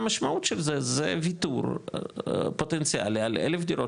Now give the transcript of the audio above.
המשמעות של זה זה וויתור פוטנציאלי על אלף דירות